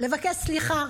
לבקש סליחה.